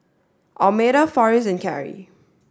Almeda Farris and Karrie